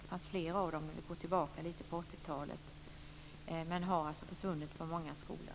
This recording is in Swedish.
Det fanns flera av dem på 80-talet men har alltså försvunnit på många skolor.